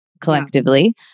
collectively